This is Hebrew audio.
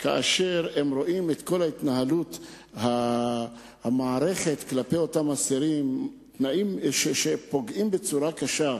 כאשר הם רואים את כל התנהלות המערכת כלפיהם ותנאים שפוגעים בצורה קשה?